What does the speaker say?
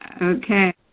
Okay